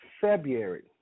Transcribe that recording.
February